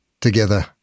together